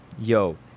yo